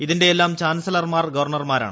ഇതിന്റെയെല്ലാം ചാൻസലർമാർ ഗവർണർമാരാണ്